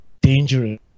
dangerous